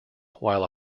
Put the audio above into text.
while